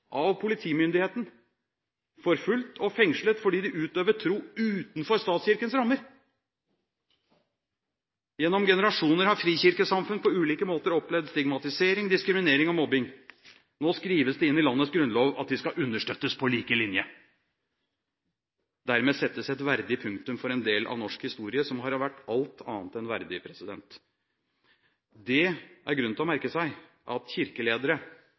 av politimyndigheten, forfulgt og fengslet fordi de utøvde tro utenfor statskirkens rammer. Gjennom generasjoner har frikirkesamfunn på ulike måter opplevd stigmatisering, diskriminering og mobbing. Nå skrives det inn i landets grunnlov at de skal «understøttes paa lige Linje». Dermed settes et verdig punktum for en del av norsk historie som har vært alt annet enn verdig. Det er grunn til å merke seg at kirkeledere